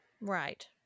Right